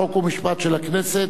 חוק ומשפט של הכנסת?